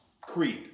Creed